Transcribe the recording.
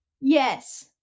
Yes